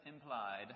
implied